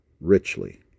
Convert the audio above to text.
richly